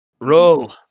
Roll